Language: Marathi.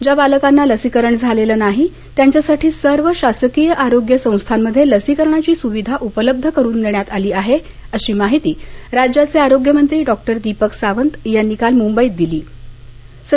ज्या बालकांना लसीकरण झालेलं नाही त्यांच्यासाठी सर्व शासकीय आरोग्य संस्थांमध्ये लसीकरणाची सुविधा उपलब्ध करुन देण्यात आली आहे अशी माहिती राज्याचे आरोग्यमंत्री डॉक्टर दीपक सावंत यांनी काल मुंबई क्वें दिली